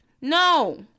No